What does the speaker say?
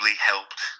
helped